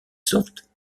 sorte